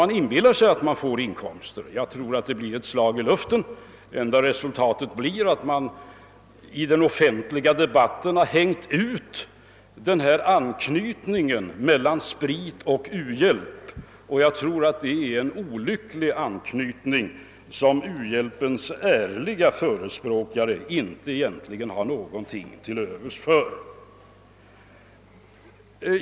Man inbillar sig att man får inkomster, men jag tror att det blir ett slag i luften. Det enda resultatet blir att man i den offentliga debatten har hängt ut denna anknytning mellan sprit och u-hjälp. Det är en olycklig hopkoppling, som u-hjälpens ärliga förespråkare inte egentligen har någonting till övers för.